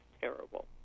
terrible